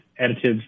additives